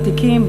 ותיקים,